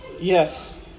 Yes